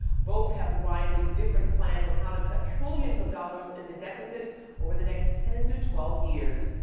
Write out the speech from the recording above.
both have widely different plans on how to cut trillions of dollars in the deficit over the next ten to twelve years.